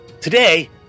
Today